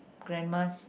grandma's